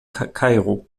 kairo